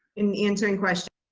in answering questions.